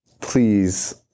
please